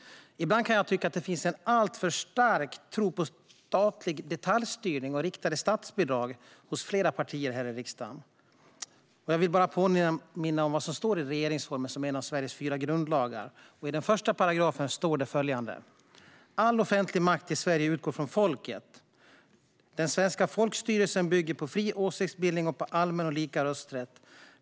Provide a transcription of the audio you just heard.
Ibland kan jag nog tycka att det finns en alltför stark tro på statlig detaljstyrning och riktade statsbidrag hos flera partier här i riksdagen. Jag vill bara påminna om vad det står i regeringsformen, som är en av Sveriges fyra grundlagar. I den första paragrafen står det följande: "All offentlig makt i Sverige utgår från folket. Den svenska folkstyrelsen bygger på fri åsiktsbildning och på allmän och lika rösträtt.